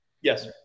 Yes